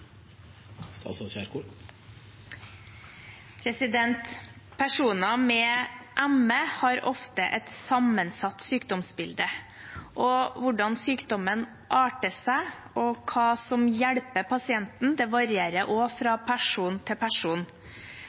ofte et sammensatt sykdomsbilde. Hvordan sykdommen arter seg, og hva som hjelper pasienten, varierer også fra person til person.